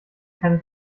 keine